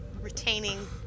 retaining